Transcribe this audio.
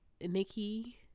Nikki